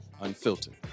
Unfiltered